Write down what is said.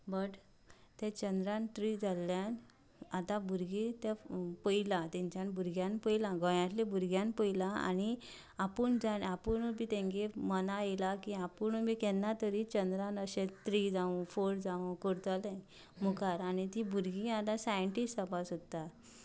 but ते Chandrayaan three जाल्ल्यान आतां भुरगीं तें पळयलां तेंच्यान भुरग्यांनी पळयलां गोंयांतल्या भुरग्यांनी पळयलां आनी आपूण जावन आपूण बी तेंगेर मनां येयलां की आपूण बी केन्ना तरी चंद्रान अशें थ्री जावं फोर जावं करतले मुखार आनी भुरगीं आसा ती सायन्टिस्ट जावपाक सोदतात